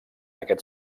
aquest